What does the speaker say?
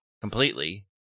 completely